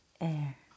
air